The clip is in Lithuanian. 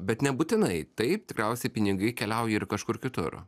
bet nebūtinai taip tikriausiai pinigai keliauja ir kažkur kitur